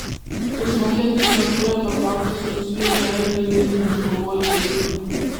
iš makedos jozuė patraukė su visu izraeliu į libną ir kovojo su libna